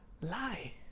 lie